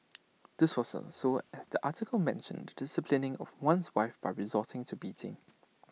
this wasn't so as the article mentioned disciplining of one's wife by resorting to beating